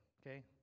okay